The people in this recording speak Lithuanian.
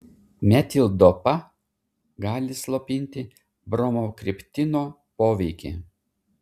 metildopa gali slopinti bromokriptino poveikį